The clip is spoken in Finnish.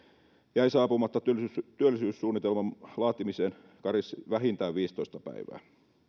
jäi saapumatta työllisyyssuunnitelman laatimiseen karenssi vähintään viisitoista päivää